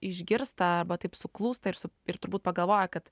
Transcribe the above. išgirsta arba taip suklūsta ir sup ir turbūt pagalvoja kad